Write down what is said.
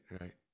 right